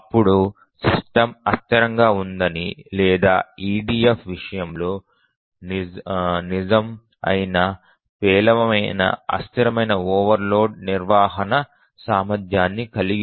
అప్పుడు సిస్టమ్ అస్థిరంగా ఉందని లేదా EDF విషయంలో నిజం అయిన పేలవమైన అస్థిరమైన ఓవర్లోడ్ నిర్వహణ సామర్థ్యాన్ని కలిగి ఉందని మనము చెప్పగలం